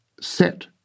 set